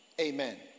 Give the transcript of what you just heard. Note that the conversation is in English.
Amen